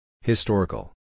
Historical